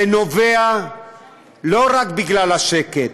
זה לא רק בגלל השקט,